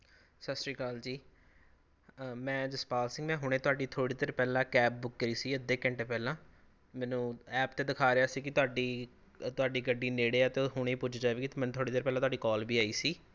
ਸਤਿ ਸ਼੍ਰੀ ਅਕਾਲ ਜੀ ਮੈਂ ਜਸਪਾਲ ਸਿੰਘ ਮੈਂ ਹੁਣੇ ਤੁਹਾਡੀ ਥੋੜ੍ਹੀ ਦੇਰ ਪਹਿਲਾਂ ਕੈਬ ਬੁੱਕ ਕਰੀ ਸੀ ਅੱਧੇ ਘੰਟੇ ਪਹਿਲਾਂ ਮੈਨੂੰ ਐਪ 'ਤੇ ਦਿਖਾ ਰਿਹਾ ਸੀ ਕਿ ਤੁਹਾਡੀ ਤੁਹਾਡੀ ਗੱਡੀ ਨੇੜੇ ਹੈ ਅਤੇ ਹੁਣੇ ਪੁੱਜ ਜਾਵੇਗੀ ਅਤੇ ਮੈਨੂੰ ਥੋੜ੍ਹੀ ਦੇਰ ਪਹਿਲਾਂ ਤੁਹਾਡੀ ਕਾਲ ਵੀ ਆਈ ਸੀ